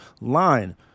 line